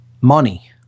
money